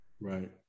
Right